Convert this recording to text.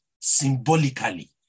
symbolically